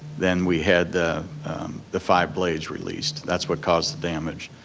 then we had the the five blades released, that's what caused the damage.